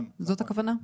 זאת הכוונה?